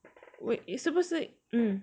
wait 是不是 hmm